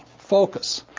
focus.